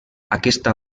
aquesta